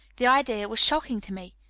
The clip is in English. the idea was shocking to me.